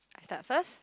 I start first